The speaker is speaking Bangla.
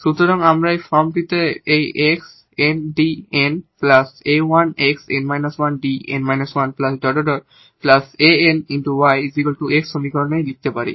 সুতরাং আমরা এই ফর্মটিতে এই 𝑥 𝑛𝐷 𝑛 𝑎1𝑥 𝑛−1𝐷 𝑛−1 ⋯ 𝑎𝑛 𝑦 𝑋 সমীকরণটি লিখতে পারি